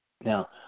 Now